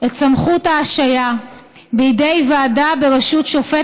את סמכות ההשעיה בידי ועדה בראשות שופט